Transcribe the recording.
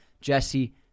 Jesse